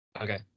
Okay